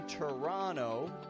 Toronto